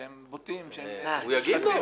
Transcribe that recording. שהם מוטים --- הוא יגיד להם,